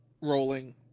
rolling